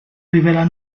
rivela